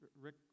Rick